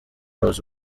house